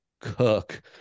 cook